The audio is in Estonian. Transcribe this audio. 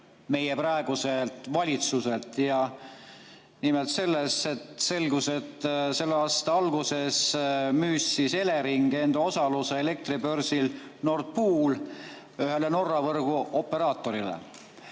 meie praeguselt valitsuselt. Nimelt selgus, et selle aasta alguses müüs Elering enda osaluse elektribörsil Nord Pool ühele Norra võrguoperaatorile.